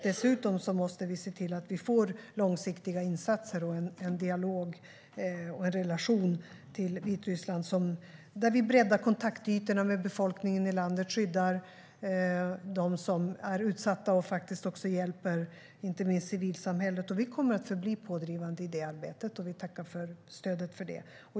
Dessutom måste vi få långsiktiga insatser och en dialog och relation till Vitryssland där vi breddar kontaktytorna med befolkningen i landet, skyddar dem som är utsatta och hjälper civilsamhället. Vi kommer att förbli pådrivande i detta arbete, och vi tackar för stödet i det.